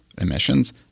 emissions